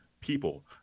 people